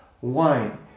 wine